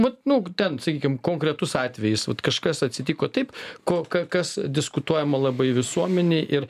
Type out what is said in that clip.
vat nu ten sakykim konkretus atvejis vat kažkas atsitiko taip ko ka kas diskutuojama labai visuomenėj ir